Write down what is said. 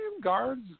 guards